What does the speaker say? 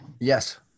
Yes